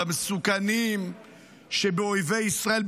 במסוכנים שבאויבי ישראל,